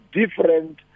different